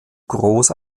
groß